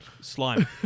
slime